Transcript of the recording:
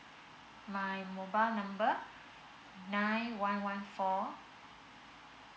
my mobile number nine one one four